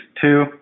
two